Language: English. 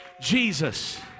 Jesus